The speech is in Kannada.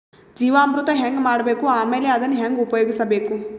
ಜೀವಾಮೃತ ಹೆಂಗ ಮಾಡಬೇಕು ಆಮೇಲೆ ಅದನ್ನ ಹೆಂಗ ಉಪಯೋಗಿಸಬೇಕು?